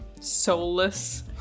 soulless